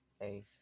hey